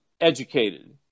educated